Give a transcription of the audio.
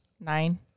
nine